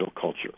culture